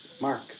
Mark